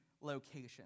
location